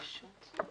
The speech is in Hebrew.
אני בשוק.